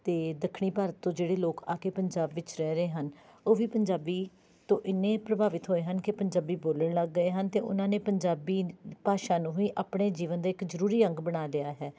ਅਤੇ ਦੱਖਣੀ ਭਾਰਤ ਤੋਂ ਜਿਹੜੇ ਲੋਕ ਆ ਕੇ ਪੰਜਾਬ ਵਿੱਚ ਰਹਿ ਰਹੇ ਹਨ ਉਹ ਵੀ ਪੰਜਾਬੀ ਤੋਂ ਇੰਨੇ ਪ੍ਰਭਾਵਿਤ ਹੋਏ ਹਨ ਕਿ ਪੰਜਾਬੀ ਬੋਲਣ ਲੱਗ ਗਏ ਹਨ ਅਤੇ ਉਨ੍ਹਾਂ ਨੇ ਪੰਜਾਬੀ ਭਾਸ਼ਾ ਨੂੰ ਵੀ ਆਪਣੇ ਜੀਵਨ ਦਾ ਇੱਕ ਜ਼ਰੂਰੀ ਅੰਗ ਬਣਾ ਲਿਆ ਹੈ